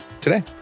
today